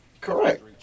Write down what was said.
Correct